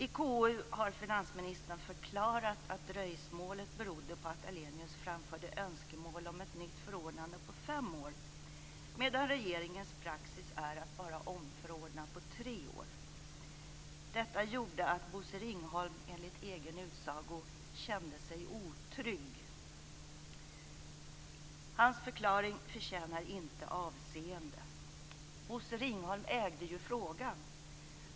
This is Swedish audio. I KU har finansministern förklarat att dröjsmålet berodde på att Ahlenius framförde önskemål om ett nytt förordnande på fem år, medan regeringens praxis är att bara omförordna på tre år. Detta gjorde att Bosse Ringholm enligt egen utsago "kände sig otrygg"! Hans förklaring förtjänar inte avseende. Bosse Ringholm ägde ju frågan.